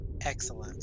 Excellent